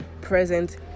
present